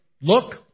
look